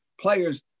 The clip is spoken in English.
players